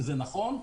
וזה נכון.